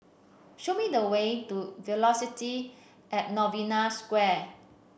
show me the way to Velocity At Novena Square